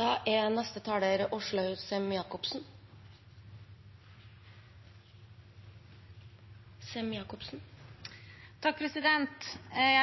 Jeg